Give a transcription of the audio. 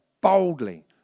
boldly